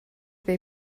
they